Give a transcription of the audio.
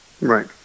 Right